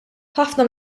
ħafna